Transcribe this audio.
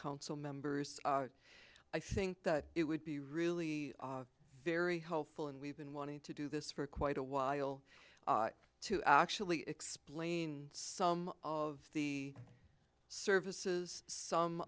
council members i think that it would be really very helpful and we've been wanting to do this for quite a while to actually explain some of the services some